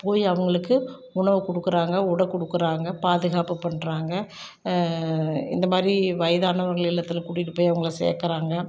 போய் அவங்களுக்கு உணவு கொடுக்கறாங்க உடை கொடுக்கறாங்க பாதுகாப்பு பண்ணுறாங்க இந்த மாதிரி வயதானவர்கள் இல்லத்தில் கூட்டிகிட்டு போய் அவங்களை சேர்க்கறாங்க